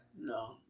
No